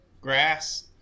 Grass